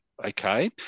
Okay